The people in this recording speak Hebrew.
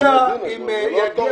כן, הוא יגיע.